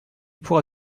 pourra